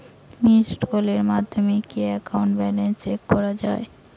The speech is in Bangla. মিসড্ কলের মাধ্যমে কি একাউন্ট ব্যালেন্স চেক করা যায়?